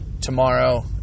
tomorrow